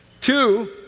Two